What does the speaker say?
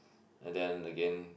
and then again